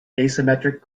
asymmetric